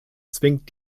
zwingt